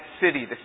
city